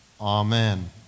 Amen